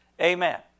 Amen